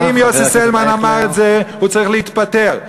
לכן, אם יוסי סילמן אמר את זה, הוא צריך להתפטר.